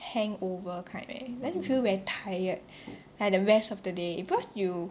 hangover kind right then feel very tired and the rest of the day because you